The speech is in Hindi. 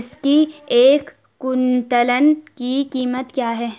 इसकी एक कुन्तल की कीमत क्या है?